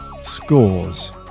scores